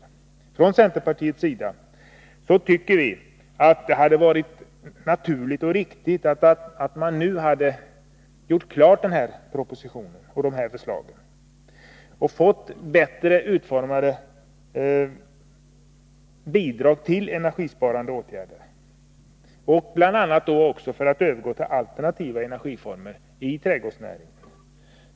Vi från centerpartiet tycker att det hade varit naturligt och riktigt att nu göra klar denna proposition för att få ett bättre utformat bidrag till energisparande åtgärder samt för att övergå till alternativa energiformer inom trädgårdsnäringen.